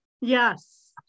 Yes